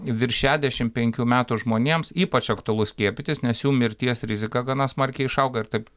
virš šešiasdešimt penkių metų žmonėms ypač aktualu skiepytis nes jų mirties rizika gana smarkiai išauga ir tarp